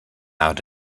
out